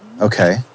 Okay